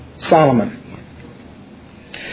Solomon